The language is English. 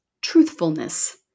truthfulness